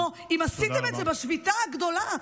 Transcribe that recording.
אם עשיתם את זה בשביתה הגדולה,